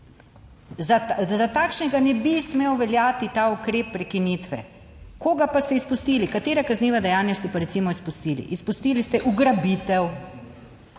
Za takšnega ne bi smel veljati ta ukrep prekinitve. Koga pa ste izpustili? Katera kazniva dejanja ste pa recimo izpustili? Izpustili ste ugrabitev.